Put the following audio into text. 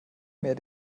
mehr